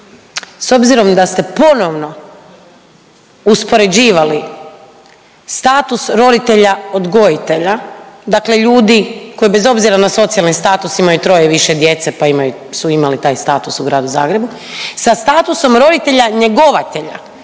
s obzirom da ste ponovno uspoređivali status roditelja odgojitelja, dakle ljudi koji bez obzira na socijalni status imaju troje i više djece, pa su imali taj status u gradu Zagrebu. Sa statusom roditelja njegovatelja